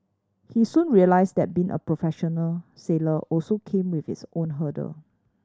he soon realised that being a professional sailor also came with its own hurdle